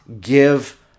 give